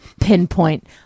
pinpoint